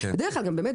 דרך אגב,